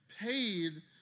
paid